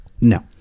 No